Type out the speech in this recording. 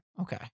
Okay